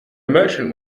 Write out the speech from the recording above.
merchant